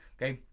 okay.